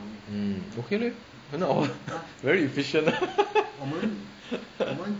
mm okay leh 很好 very efficient